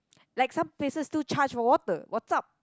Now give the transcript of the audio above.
like some places still charge for water what's up